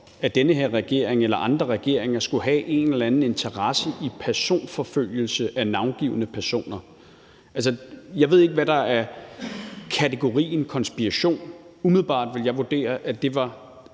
at den her regering eller andre regeringer skulle have en eller anden interesse i personforfølgelse af navngivne personer. Jeg ved ikke, om det er i kategorien konspiration. Umiddelbart ville jeg vurdere, at det var